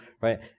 right